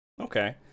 Okay